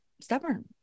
stubborn